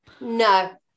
No